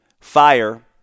fire